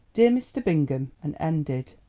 dear mr. bingham, and ended,